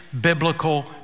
biblical